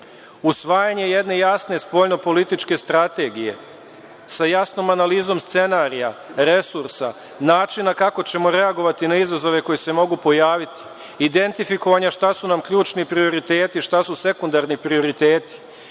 godina. Usvajanje jedne jasne spoljnopolitičke strategije sa jasnom analizom scenarija, resursa, načina kako ćemo reagovati na izazove koji se mogu pojaviti, identifikovanja šta su nam ključni prioriteti, šta su sekundarni prioriteti